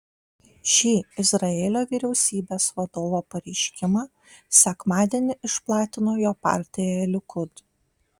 šį izraelio vyriausybės vadovo pareiškimą sekmadienį išplatino jo partija likud